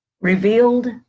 revealed